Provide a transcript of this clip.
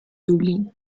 dublín